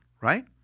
right